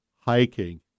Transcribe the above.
hiking